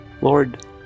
Lord